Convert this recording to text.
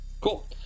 cool